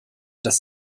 das